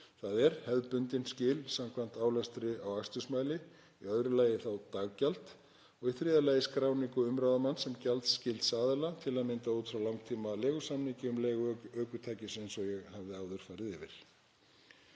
þ.e. hefðbundin skil samkvæmt álestri á aksturs mæli, í öðru lagi þá daggjald og í þriðja lagi skráningu umráðamanns sem gjaldskylds aðila, til að mynda út frá langtímaleigusamningi um leigu ökutækis eins og ég hafði áður farið yfir.